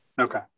okay